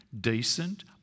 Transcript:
decent